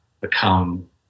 become